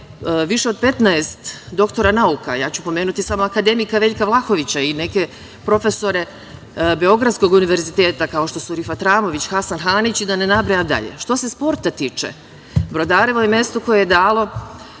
više od 15 doktora nauka. Ja ću pomenuti samo akademika Veljka Vlahovića i neke profesore Beogradskog univerziteta, kao što su Rifat Ramović, Hasan Hanić i da ne nabrajam dalje. Što se sporta tiče, Brodarevo je mesto koje je dalo